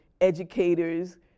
educators